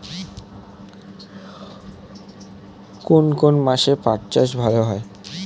কোন কোন মাসে পাট চাষ ভালো হয়?